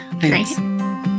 thanks